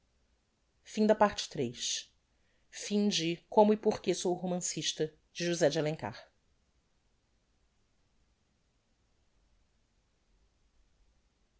i como e porque sou romancista josé de alencar